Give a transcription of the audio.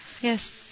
yes